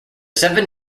seven